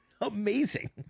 amazing